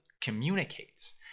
communicates